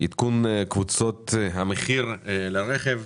התשפ"ב 2021 עדכון קבוצות המחיר לרכב.